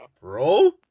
bro